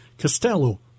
Costello